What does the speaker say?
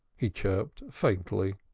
he chirped faintly.